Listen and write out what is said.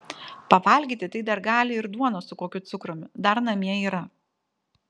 pavalgyti tai dar gali ir duonos su kokiu cukrumi dar namie yra